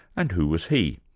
and who was he?